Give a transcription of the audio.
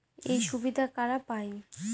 এই সুবিধা কারা পায়?